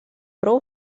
prou